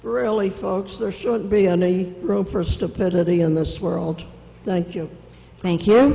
really folks there shouldn't be any room for stupidity in this world thank you thank you